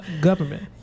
government